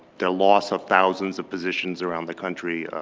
the loss of thousands of positions around the country